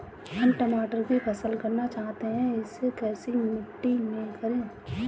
हम टमाटर की फसल करना चाहते हैं इसे कैसी मिट्टी में करें?